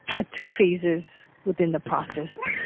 at two phases within the process.